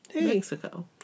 mexico